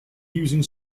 using